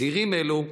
צעירים אלו,